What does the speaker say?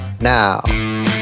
now